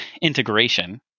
integration